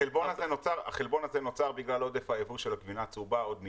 החלבון הזה נוצר בגלל עודף הייבוא של הגבינה הצהובה עוד מלוקר,